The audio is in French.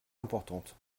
importantes